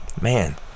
Man